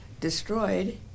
destroyed